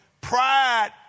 pride